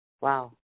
Wow